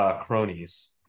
cronies